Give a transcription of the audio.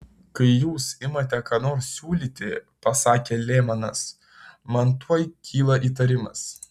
kai jūs imate ką nors siūlyti pasakė lemanas man tuoj kyla įtarimas